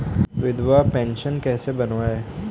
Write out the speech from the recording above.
विधवा पेंशन कैसे बनवायें?